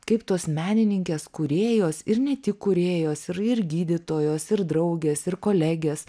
kaip tos menininkės kūrėjos ir ne tik kūrėjos ir ir gydytojos ir draugės ir kolegės